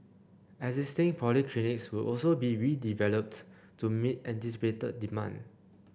existing polyclinics will also be redeveloped to meet anticipated demand